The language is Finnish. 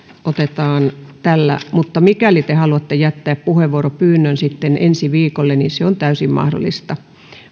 otetaan tällä mutta mikäli te haluatte jättää puheenvuoropyynnön sitten ensi vii kolle niin se on täysin mahdollista